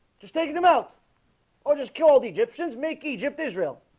just taking them out or just called egyptians make egypt israel